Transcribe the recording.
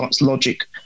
logic